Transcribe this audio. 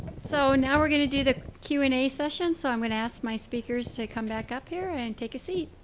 so now we're gonna do the q and a session. so i'm gonna ask my speakers to come back up here and take a seat.